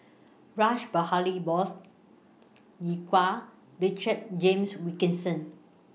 Rash Behari Bose Iqbal Richard James Wilkinson